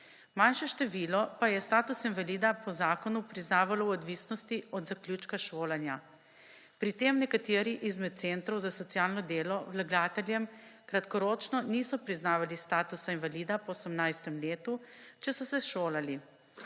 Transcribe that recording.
manjše število pa je status invalida po zakonu priznavalo v odvisnosti od zaključka šolanja. Pri tem nekateri izmed centrov za socialno delo vlagateljem kratkoročno niso priznavali statusa invalida po 18. letu, če so se šolali.